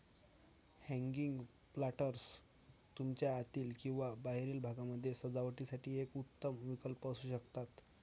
hanging planters तुमच्या आतील किंवा बाहेरील भागामध्ये सजावटीसाठी एक उत्तम विकल्प असू शकतात